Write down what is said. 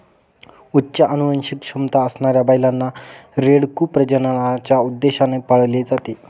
उच्च अनुवांशिक क्षमता असणाऱ्या बैलांना, रेडकू प्रजननाच्या उद्देशाने पाळले जाते